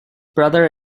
brother